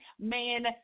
man